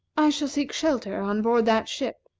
i shall seek shelter on board that ship,